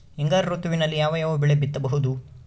ಹಿಂಗಾರು ಋತುವಿನಲ್ಲಿ ಯಾವ ಯಾವ ಬೆಳೆ ಬಿತ್ತಬಹುದು?